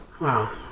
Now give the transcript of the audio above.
wow